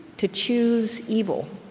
to choose evil,